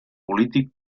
polític